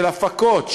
של הפקות,